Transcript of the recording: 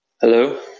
Hello